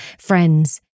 friends